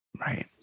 Right